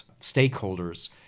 stakeholders